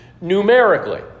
numerically